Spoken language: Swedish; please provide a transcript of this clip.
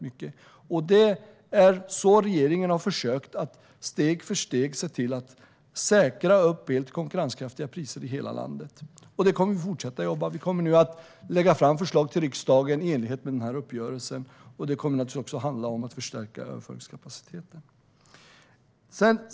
Steg för steg har regeringen försökt att se till att säkra el till konkurrenskraftiga priser i hela landet. Det kommer vi att fortsätta med. Vi kommer att lägga fram förslag till riksdagen i enlighet med denna uppgörelse. Det kommer naturligtvis också att handla om förstärkning av överföringskapaciteten.